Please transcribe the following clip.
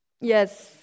Yes